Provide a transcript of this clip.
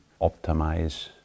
optimize